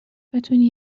بتونی